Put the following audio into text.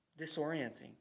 disorienting